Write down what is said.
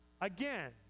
Again